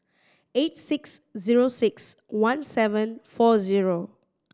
eight six zero six one seven four zero